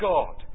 God